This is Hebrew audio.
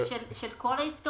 של כל העסקאות.